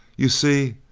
you see,